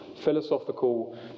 philosophical